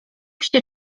się